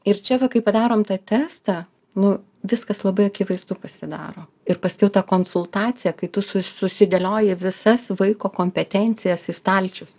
ir čia va kai padarom tą testą nu viskas labai akivaizdu pasidaro ir paskiau ta konsultacija kai tu sus susidėlioji visas vaiko kompetencijas į stalčius